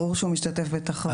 ברור שהוא משתתף בתחרויות.